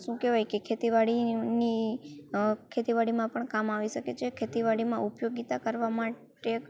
શું કહેવાય કે ખેતીવાડીની ખેતીવાડીમાં પણ કામ આવી શકે છે ખેતીવાડીમાં ઉપયોગીતા કરવા માટે